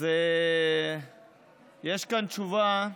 אז יש כאן תשובה,